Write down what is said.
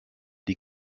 die